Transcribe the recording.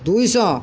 ଦୁଇଶହ